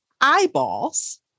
eyeballs